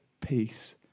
peace